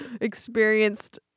experienced